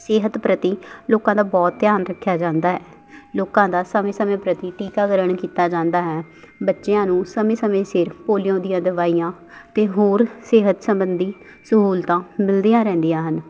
ਸਿਹਤ ਪ੍ਰਤੀ ਲੋਕਾਂ ਦਾ ਬਹੁਤ ਧਿਆਨ ਰੱਖਿਆ ਜਾਂਦਾ ਲੋਕਾਂ ਦਾ ਸਮੇਂ ਸਮੇਂ ਪ੍ਰਤੀ ਟੀਕਾਕਰਨ ਕੀਤਾ ਜਾਂਦਾ ਹੈ ਬੱਚਿਆਂ ਨੂੰ ਸਮੇਂ ਸਮੇਂ ਸਿਰ ਪੋਲਿਓ ਦੀਆਂ ਦਵਾਈਆਂ ਅਤੇ ਹੋਰ ਸਿਹਤ ਸੰਬੰਧੀ ਸਹੂਲਤਾਂ ਮਿਲਦੀਆਂ ਰਹਿੰਦੀਆਂ ਹਨ